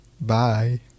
Bye